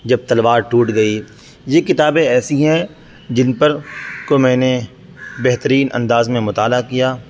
جب تلوار ٹوٹ گئی یہ کتابیں ایسی ہیں جن پر کو میں بہترین انداز میں مطالعہ کیا